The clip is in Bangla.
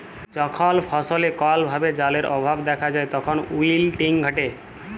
যখল ফসলে কল ভাবে জালের অভাব দ্যাখা যায় তখল উইলটিং ঘটে